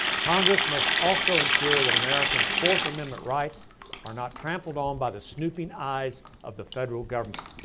congress must also ensure that americans' fourth amendment right are not trampled on by the snooping eyes of the federal government.